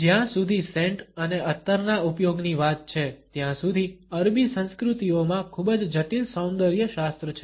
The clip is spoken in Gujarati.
જ્યાં સુધી સેન્ટ અને અત્તરના ઉપયોગની વાત છે ત્યાં સુધી અરબી સંસ્કૃતિઓમાં ખૂબ જ જટિલ સૌંદર્ય શાસ્ત્ર છે